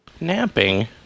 Napping